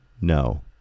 No